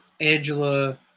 Angela